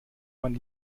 man